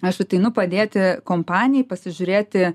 aš ateinu padėti kompanijai pasižiūrėti